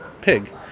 pig